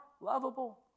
lovable